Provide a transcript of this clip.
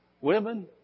Women